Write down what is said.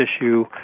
issue